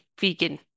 vegan